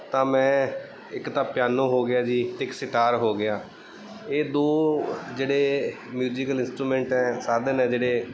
ਤਾਂ ਮੈਂ ਇੱਕ ਤਾਂ ਪਿਆਨੋ ਹੋ ਗਿਆ ਜੀ ਇੱਕ ਸਿਤਾਰ ਹੋ ਗਿਆ ਇਹ ਦੋ ਜਿਹੜੇ ਮਿਊਜਿਕਲ ਇੰਸਟਰੂਮੈਂਟ ਹੈ ਸਾਧਨ ਹੈ ਜਿਹੜੇ